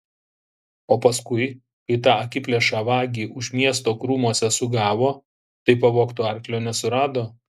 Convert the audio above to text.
o paskui kai tą akiplėšą vagį už miesto krūmuose sugavo tai pavogto arklio nesurado